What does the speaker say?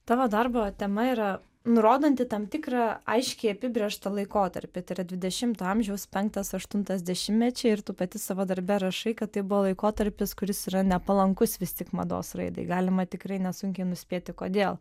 tavo darbo tema yra nurodanti tam tikrą aiškiai apibrėžtą laikotarpį tai yra dvidešimto amžiaus penktas aštuntas dešimtmečiai ir tu pati savo darbe rašai kad tai buvo laikotarpis kuris yra nepalankus vis tik mados raidai galima tikrai nesunkiai nuspėti kodėl